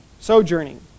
sojourning